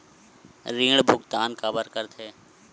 ऋण भुक्तान काबर कर थे?